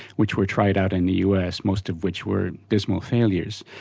which were tried out in the us, most of which were dismal failures,